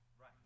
right